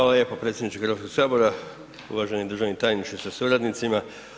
Hvala lijepo predsjedniče Hrvatskog sabora, uvaženi državni tajniče sa suradnicima.